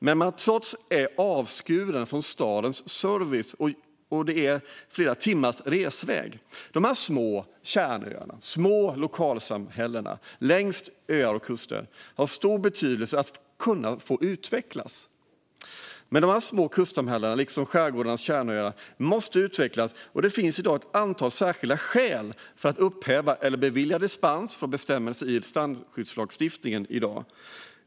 Man är trots det avskuren från stadens service, och det är flera timmars resväg. De här små kärnöarna och lokalsamhällena på öar och längs kuster har stor betydelse för möjligheten att utvecklas. Men dessa små kustsamhällen, liksom skärgårdarnas kärnöar, måste utvecklas. Det finns i dag ett antal särskilda skäl för att upphäva eller bevilja dispens från bestämmelser i strandskyddslagstiftningen.